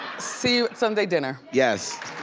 see you at sunday dinner. yes.